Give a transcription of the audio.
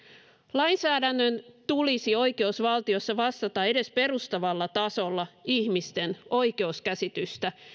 lainsäädännön tulisi oikeusvaltiossa vastata edes perustavalla tasolla ihmisten oikeuskäsitystä